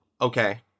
okay